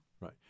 Right